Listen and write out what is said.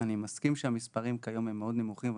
אני מסכים שהמספרים כיום הם מאוד נמוכים.